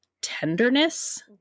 tenderness